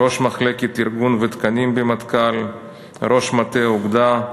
ראש מחלקת ארגון ותקנים במטכ"ל, ראש מטה אוגדה,